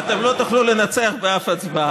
אתם לא תוכלו לנצח באף הצבעה.